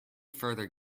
further